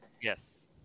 Yes